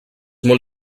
molt